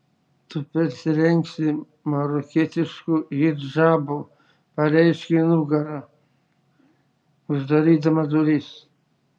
tu persirengsi marokietišku hidžabu pareiškė nugara uždarydama duris